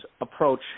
approach